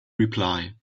reply